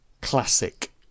Classic